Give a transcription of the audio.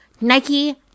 Nike